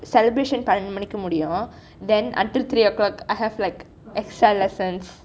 celebration பன்னிரண்டு மணிக்கு முடியும்:pannirendu maniku mudiyum then until three o'clock I have like project work